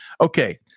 Okay